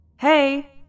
Hey